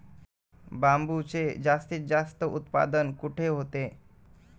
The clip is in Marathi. बांबूचे जास्तीत जास्त उत्पादन कुठे होते?